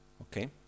Okay